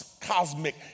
cosmic